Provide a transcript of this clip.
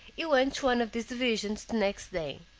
he went to one of these divisions the next day.